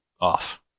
off